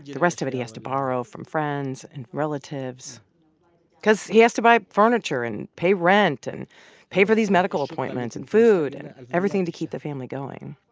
the rest of it he has to borrow from friends and relatives cause he has to buy furniture and pay rent and pay for these medical appointments and food and everything to keep the family going.